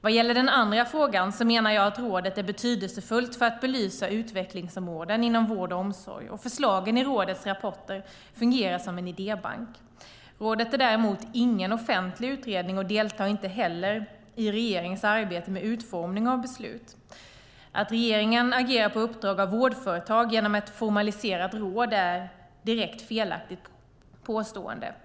Vad gäller den andra frågan menar jag att rådet är betydelsefullt för att belysa utvecklingsområden inom vård och omsorg, och förslagen i rådets rapporter fungerar som idébank. Rådet är däremot ingen offentlig utredning och deltar inte heller i regeringens arbete med utformning av beslut. Att regeringen agerar på uppdrag av vårdföretag genom ett formaliserat råd är ett direkt felaktigt påstående.